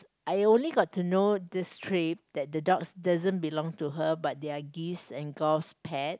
I only got to know this trip that the dogs doesn't belong to her but they are Give's and Give's pet